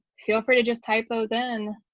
feel free to just type those in.